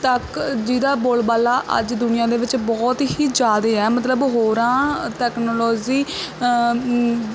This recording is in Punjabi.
ਤੱਕ ਜਿਹਦਾ ਬੋਲਬਾਲਾ ਅੱਜ ਦੁਨੀਆਂ ਦੇ ਵਿੱਚ ਬਹੁਤ ਹੀ ਜ਼ਿਆਦਾ ਆ ਮਤਲਬ ਹੋਰਾਂ ਤੈਕਨੋਲੋਜੀ